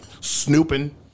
snooping